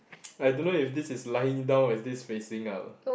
I don't know if this is lying down or is this facing up